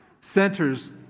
centers